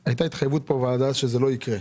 בוועדה הייתה התחייבות שזה לא יקרה.